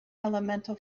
elemental